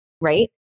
right